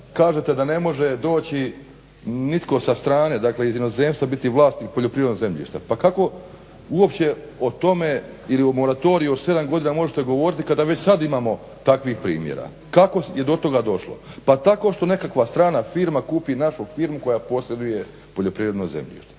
kažete da ne može doći nitko sa strane dakle iz inozemstva i biti vlasnik poljoprivrednog zemljišta. Pa kako uopće o tome ili o moratoriju o 7 godina možete govoriti kada već sada imamo takvih primjera? Kako je do toga došlo? Pa tako što nekakva strana firma kupi našu firmu koja posjeduje poljoprivredno zemljište.